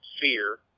fear